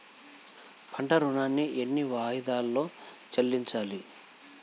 పంట ఋణాన్ని ఎన్ని వాయిదాలలో చెల్లించాలి?